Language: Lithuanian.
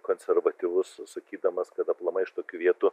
konservatyvus sakydamas kad aplamai iš tokių vietų